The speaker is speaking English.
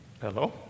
Hello